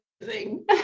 amazing